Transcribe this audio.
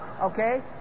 okay